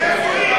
איפה היא?